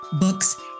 books